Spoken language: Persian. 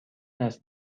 است